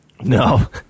No